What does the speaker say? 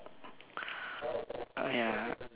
ya